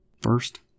First